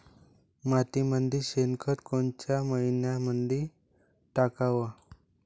मातीमंदी शेणखत कोनच्या मइन्यामंधी टाकाव?